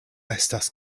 estas